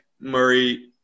Murray